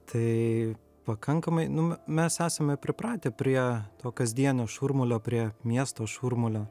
tai pakankamai nu m mes esame pripratę prie to kasdienio šurmulio prie miesto šurmulio